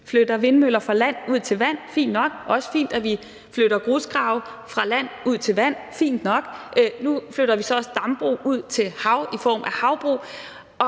flytter vindmøller fra land ud til vand – fint nok. Og det er også fint, at vi flytter grusgrave fra land ud til vand – fint nok. Nu flytter vi så også dambrug ud til havs i form af havbrug,